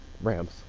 Rams